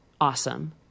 awesome